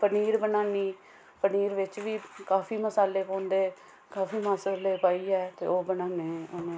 पनीर बनान्नी पनीर बिच बी काफी मसाले पौंदे काफी मसाले पाइयै ओह् बनान्ने आं